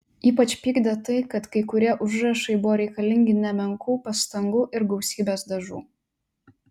ypač pykdė tai kad kai kurie užrašai buvo reikalingi nemenkų pastangų ir gausybės dažų